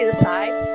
and side